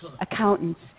accountants